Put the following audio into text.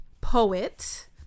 poet